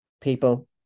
people